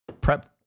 Prep